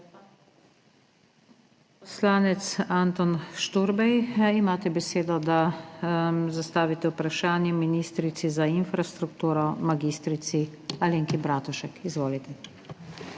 Poslanec Anton Šturbej, imate besedo, da zastavite vprašanje ministrici za infrastrukturo mag. Alenki Bratušek. Izvolite.